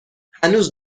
هنوز